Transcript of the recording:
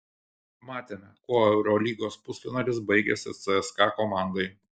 matėme kuo eurolygos pusfinalis baigėsi cska komandai